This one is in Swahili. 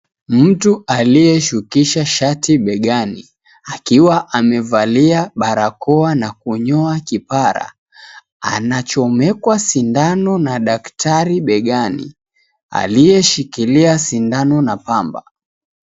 Mtu aliyeshukisha shati begani akiwa amevalia barakoa na kunyoa kipara, anachomekwa sindano na daktari begani aliyeshikilia sindano na pamba.